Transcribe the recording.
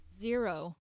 zero